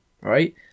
Right